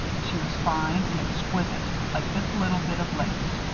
she was fine and exquisite like this little bit of lace.